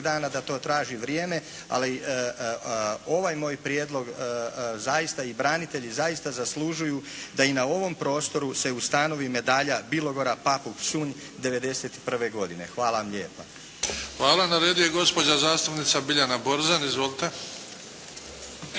dana, da to traži vrijeme ali ovaj moj prijedlog zaista i branitelji zaista zaslužuju da i na ovom prostoru se ustanovi medalja Bilogora-Papuk-Psunj 1991. godine. Hvala vam lijepa. **Bebić, Luka (HDZ)** Hvala. Na redu je gospođa zastupnica Biljana Borzan. Izvolite.